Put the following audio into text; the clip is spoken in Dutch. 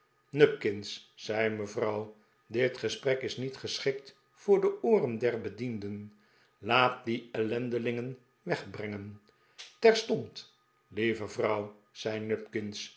nupkins zei mevrouw dit gesprek is niet ges'chikt voor de ooren der bedienden laat die ellendelingen wegbrengen terstond lieve vrouw zei